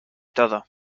todo